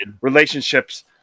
relationships